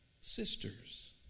sisters